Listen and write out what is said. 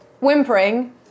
whimpering